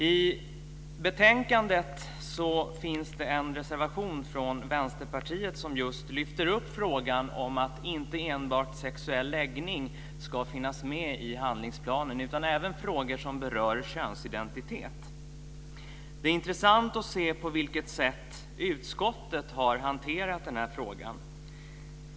I betänkandet finns det en reservation från Vänsterpartiet som just lyfter upp frågan om att inte enbart sexuell läggning ska finnas med i handlingsplanen utan även frågor som berör könsidentitet. Det är intressant att se på vilket sätt utskottet har hanterat den här frågan.